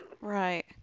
Right